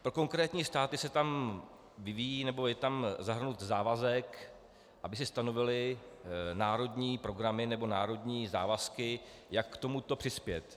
Pro konkrétní státy se tam vyvíjí, nebo je tam zahrnut závazek, aby si stanovily národní programy nebo národní závazky, jak k tomuto přispět.